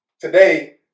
today